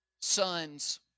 son's